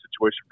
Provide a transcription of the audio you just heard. situation